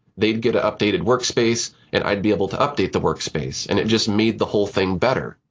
they'd get an updated workspace, and i'd be able to update the workspace. and it just made the whole thing better.